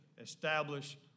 establish